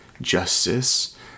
justice